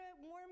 warm